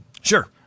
Sure